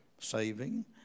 saving